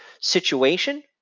situation